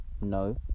no